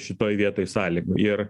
šitoj vietoj sąlygų ir